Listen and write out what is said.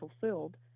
fulfilled